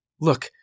Look